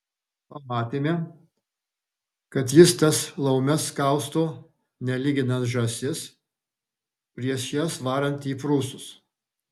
pamatėme kad jis tas laumes kausto nelyginant žąsis prieš jas varant į prūsus